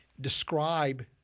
describe—